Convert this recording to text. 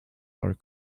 are